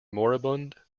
moribund